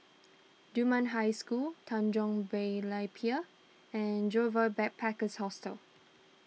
Dunman High School Tanjong Berlayer Pier and Joyfor Backpackers' Hostel